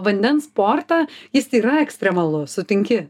vandens sportą jis yra ekstremalu sutinki